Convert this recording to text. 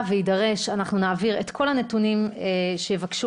ויידרש הם יעבירו את כל הנתונים שיבקשו